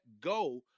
go